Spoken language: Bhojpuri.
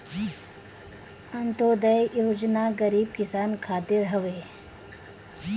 अन्त्योदय योजना गरीब किसान खातिर हवे